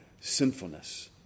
sinfulness